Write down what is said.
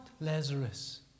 Lazarus